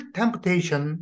temptation